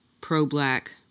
pro-black